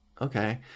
Okay